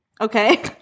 okay